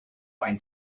ein